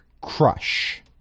crush